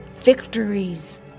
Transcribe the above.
victories